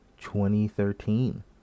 2013